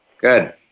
Good